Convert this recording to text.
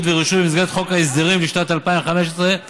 ורישוי) במסגרת חוק ההסדרים לשנת 2015 2016,